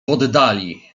oddali